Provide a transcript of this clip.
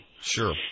Sure